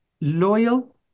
loyal